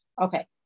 Okay